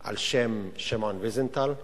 על שם שמעון ויזנטל,